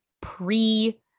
pre